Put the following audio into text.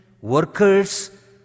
workers